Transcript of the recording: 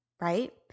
right